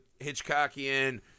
Hitchcockian